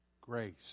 grace